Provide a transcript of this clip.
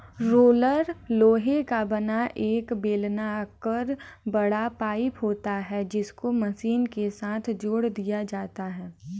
roller लोहे का बना एक बेलनाकर बड़ा पाइप होता है जिसको मशीन के साथ जोड़ दिया जाता है